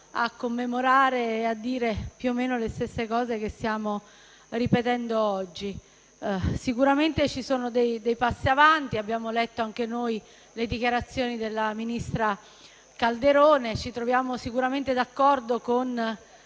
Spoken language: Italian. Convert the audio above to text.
commemorare e dire più o meno le stesse cose che stiamo ripetendo oggi. Sicuramente ci sono stati dei passi avanti; abbiamo letto anche noi le dichiarazioni della ministra Calderone. Ci troviamo sicuramente d'accordo con